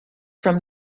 from